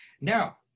Now